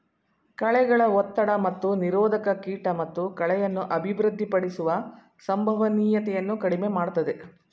ಕಳೆಗಳ ಒತ್ತಡ ಮತ್ತು ನಿರೋಧಕ ಕೀಟ ಮತ್ತು ಕಳೆಯನ್ನು ಅಭಿವೃದ್ಧಿಪಡಿಸುವ ಸಂಭವನೀಯತೆಯನ್ನು ಕಡಿಮೆ ಮಾಡ್ತದೆ